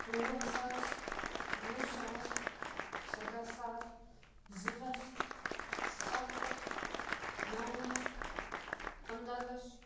تٕرٛواہ ساس وُہ ساس سَداہ ساس زٕ لَچھ سَتھ لَچھ نو لَچھ پَنداہ لَچھ